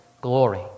glory